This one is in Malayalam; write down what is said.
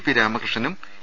പി രാമകൃഷ്ണനും എ